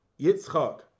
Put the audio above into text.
Yitzchak